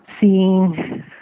seeing